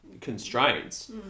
constraints